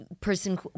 person